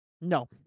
No